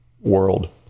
world